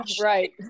Right